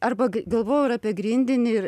arba galvojau ir apie grindinį ir